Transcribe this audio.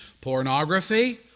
pornography